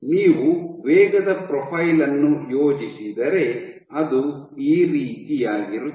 ನೀವು ವೇಗದ ಪ್ರೊಫೈಲ್ ಅನ್ನು ಯೋಜಿಸಿದರೆ ಅದು ಈ ರೀತಿಯಾಗಿರುತ್ತದೆ